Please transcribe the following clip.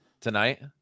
tonight